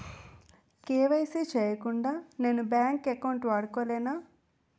KYC చేయకుండా నేను bank account వాడుకొలేన?